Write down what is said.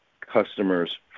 customers